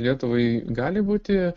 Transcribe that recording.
lietuvai gali būti